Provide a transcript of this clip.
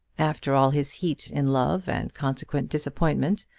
after all his heat in love and consequent disappointment,